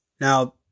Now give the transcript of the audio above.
Now